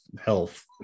health